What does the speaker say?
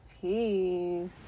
peace